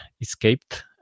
escaped